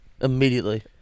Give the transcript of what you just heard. immediately